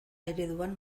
ereduan